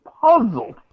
puzzled